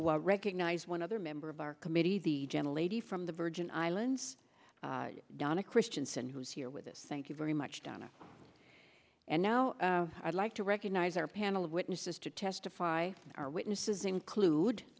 will recognize one other member of our committee the gentle lady from the virgin islands donna christiansen who is here with us thank you very much donna and now i'd like to recognize our panel of witnesses to testify our witnesses include